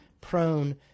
prone